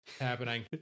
Happening